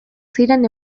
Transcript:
ziren